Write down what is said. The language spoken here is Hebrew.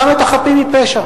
גם את החפים מפשע.